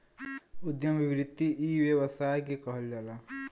उद्यम वृत्ति इ व्यवसाय के कहल जाला